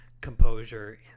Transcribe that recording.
composure